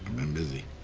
been busy.